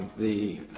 the